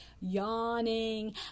yawning